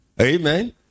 amen